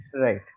Right